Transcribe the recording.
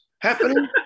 happening